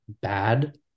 bad